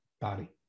body